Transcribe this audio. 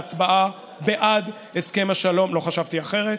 לא חשבתי אחרת,